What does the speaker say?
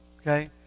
Okay